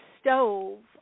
stove